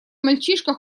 мальчишка